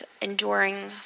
enduring